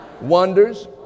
wonders